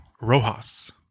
Rojas